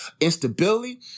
instability